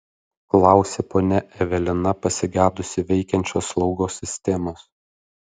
klausė ponia evelina pasigedusi veikiančios slaugos sistemos